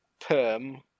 perm